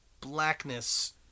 blackness